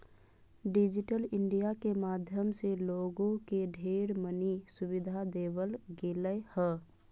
digital India के माध्यम से लोगों के ढेर मनी सुविधा देवल गेलय ह